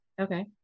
Okay